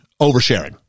oversharing